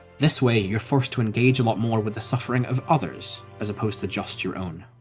this way, you're forced to engage a lot more with the suffering of others, as opposed to just your own.